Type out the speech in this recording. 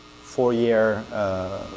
four-year